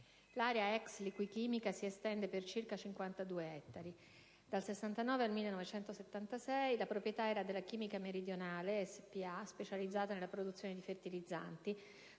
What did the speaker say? L'area ex-Liquichimica si estende per circa 52 ettari. Dal 1969 al 1976 la proprietà era della Chimica meridionale spa, specializzata nella produzione di fertilizzanti;